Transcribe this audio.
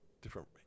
different